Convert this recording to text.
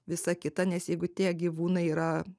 visą kitą nes jeigu tie gyvūnai yra